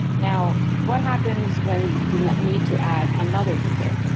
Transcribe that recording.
now, what happens when you need to add another user?